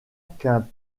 qu’un